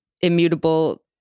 immutable